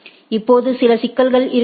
இப்போது சில சிக்கல்கள் இருக்கலாம்